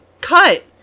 cut